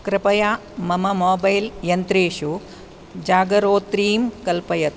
कृपया मम मोबैल् यन्त्रेषु जागरित्रीं कल्पय